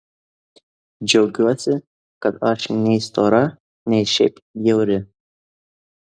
džiaugiuosi kad aš nei stora nei šiaip bjauri